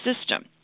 system